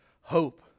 hope